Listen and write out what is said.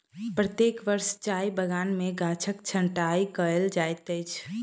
प्रत्येक वर्ष चाय बगान में गाछक छंटाई कयल जाइत अछि